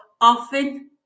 often